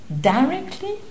directly